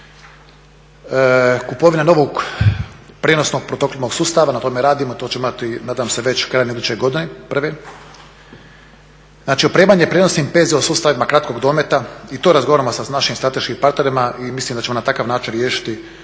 kupovina novog prijenosnog protuoklopnog sustava na tome radimo, to ćemo imati nadam se već krajem iduće godine. Znači opremanje prijenosnih PzH sustavima kratkog dometa i to razgovaramo sa našim strateškim partnerima i mislimo da ćemo na takav način riješiti